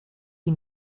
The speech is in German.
die